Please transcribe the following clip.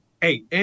hey